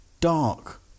Dark